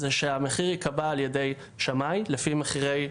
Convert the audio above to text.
זה שהמחיר ייקבע על ידי שמאי לפי מחירי העבר,